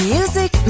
Music